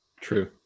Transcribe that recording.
true